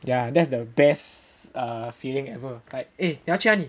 ya that's the best err feeling ever like eh 你要去哪里